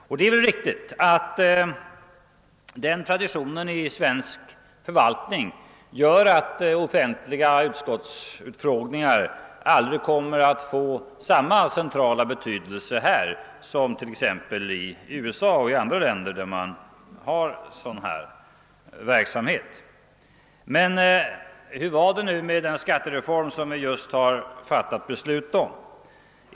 Och det är väl riktigt att denna tradition i svensk förvaltning gör att offentliga utfrågningar aldrig kommer att få samma centrala betydelse här som t.ex. i USA. Men hur var det med den skattereform som vi just har fattat beslut om?